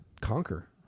conquer